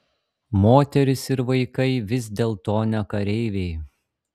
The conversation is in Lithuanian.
moterys ir vaikai vis dėlto ne kareiviai